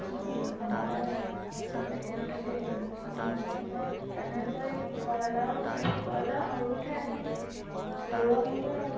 নহ'লে এদিনত থাকিলে ইনফেকশ্যনো হ'ব পাৰে তেনেকৈ কয়লাৰো পাৰি কয়লাৰ সৰুতে আনি ঘৰুৱাভাৱে